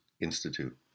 Institute